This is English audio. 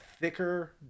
thicker